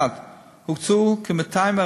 1. הוקצו כ-240